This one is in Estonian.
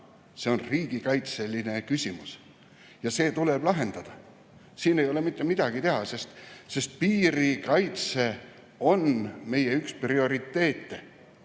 See on riigikaitseline küsimus ja see tuleb lahendada. Siin ei ole mitte midagi teha, sest piirikaitse on meie üks prioriteete.